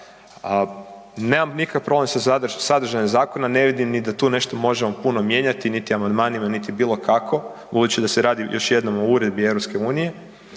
nemam nikakav problem sa sadržajem zakona, ne vidim ni da tu nešto možemo puno mijenjati, niti amandmanima, niti bilo kako budući da se radi, još jednom, o uredbi EU,